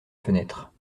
fenêtre